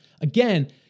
again